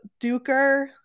Duker